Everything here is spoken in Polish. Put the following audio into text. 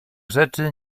rzeczy